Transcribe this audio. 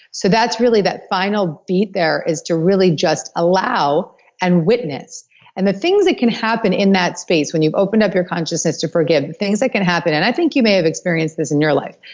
so that's really that final beat there is to really just allow and witness and the things that can happen in that space when you've opened up your consciousness to forgive, the things that can happen and i think you may have experienced this in your life,